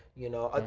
you know?